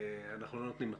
אנחנו לא נותנים מתנות.